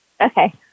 Okay